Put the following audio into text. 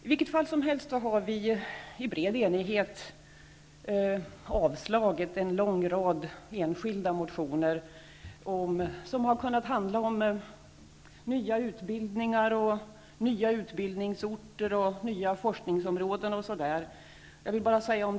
I vilket fall som helst har vi i bred enighet avstyrkt en lång rad enskilda motioner som har handlat om nya utbildningar, nya utbildningsorter, nya forskningsområden, osv.